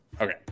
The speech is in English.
okay